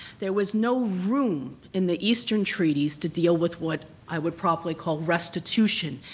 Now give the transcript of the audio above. there was no room in the eastern treaties to deal with what i would probably call restitution.